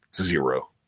zero